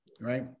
right